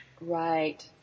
Right